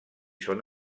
són